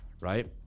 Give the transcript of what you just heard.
Right